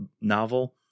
novel